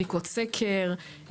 בדיקות סקר,